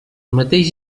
mateix